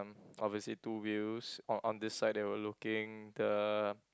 um obviously two wheels on on this side they were looking the